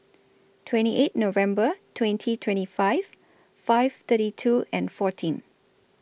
twenty eight November twenty twenty five five thirty two and fourteen